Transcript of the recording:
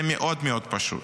זה מאוד מאוד פשוט.